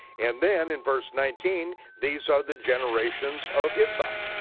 and then, in verse nineteen, these are the generations of yitzhak.